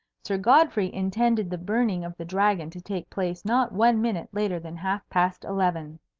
sir godfrey intended the burning of the dragon to take place not one minute later than half-past eleven.